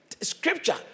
scripture